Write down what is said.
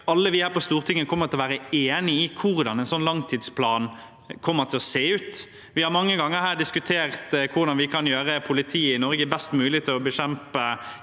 alle vi her på Stortinget kommer til å være enige om hvordan en sånn langtidsplan kommer til å se ut. Vi har mange ganger diskutert hvordan vi kan gjøre politiet i Norge best mulig i stand til å bekjempe